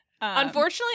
Unfortunately